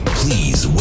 please